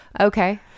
Okay